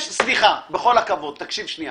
סליחה, בכל הכבוד, תקשיב שנייה.